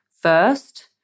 first